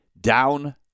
down